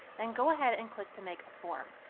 then go ahead and click to make a form.